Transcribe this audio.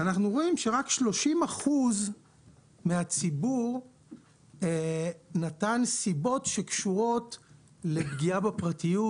ראינו שרק 30% מהציבור נתן סיבות שקשורות לפגיעה בפרטיות.